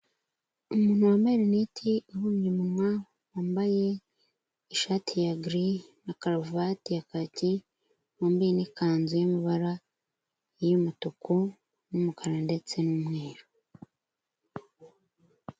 Umuntu wambaye rinete ubumbye umunwa, wambaye ishati ya giri na karuvati ya kaki, wambaye n'ikanzu y'amabara y'umutuku n'umukara, ndetse n'umweru.